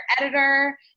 editor